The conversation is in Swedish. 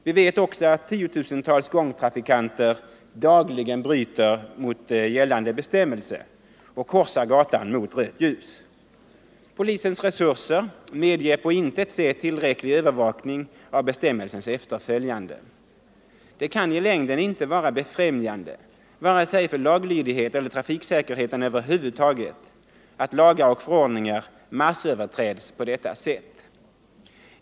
Vi vet också att tiotusentals gångtrafikanter dagligen bryter mot gällande bestämmelse och korsar gatan mot rött ljus. Polisens resurser medger på intet sätt tillräcklig övervakning av bestämmelsens efterföljande. Det kan i längden inte vara befrämjande vare sig för laglydigheten eller trafiksäkerheten över huvud taget att lagar och förordningar massöverträds på detta sätt.